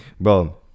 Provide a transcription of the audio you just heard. Bro